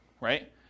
right